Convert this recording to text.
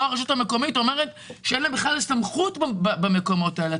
פה נכתב שלרשות המקומית אין בכלל סמכות במקומות האלה.